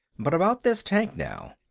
but about this tank, now.